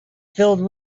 filled